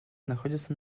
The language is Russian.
находятся